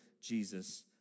Jesus